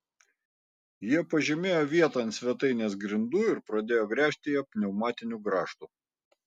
jie pažymėjo vietą ant svetainės grindų ir pradėjo gręžti ją pneumatiniu grąžtu